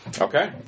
okay